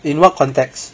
in what context